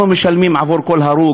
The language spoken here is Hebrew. אנחנו משלמים עבור כל הרוג,